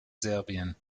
serbien